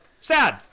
Sad